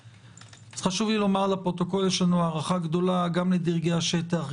חשוב לי לומר לפרוטוקול שיש לנו הערכה גדולה גם לדרגי השטח,